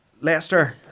Leicester